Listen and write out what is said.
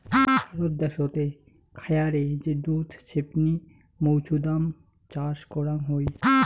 ভারত দ্যাশোতে খায়ারে যে দুধ ছেপনি মৌছুদাম চাষ করাং হই